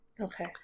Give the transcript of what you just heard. okay